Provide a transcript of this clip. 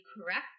correct